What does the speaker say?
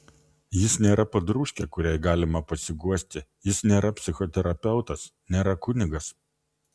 jis nėra padrūžkė kuriai galima pasiguosti jis nėra psichoterapeutas nėra kunigas